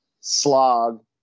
slog